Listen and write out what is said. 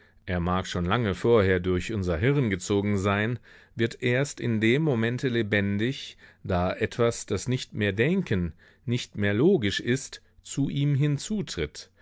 er mag schon lange vorher durch unser hirn gezogen sein wird erst in dem momente lebendig da etwas das nicht mehr denken nicht mehr logisch ist zu ihm hinzutritt